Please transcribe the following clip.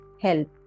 help